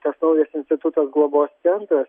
tas naujas institutas globos centras